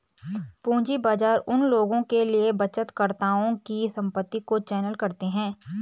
पूंजी बाजार उन लोगों के लिए बचतकर्ताओं की संपत्ति को चैनल करते हैं